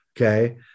Okay